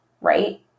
right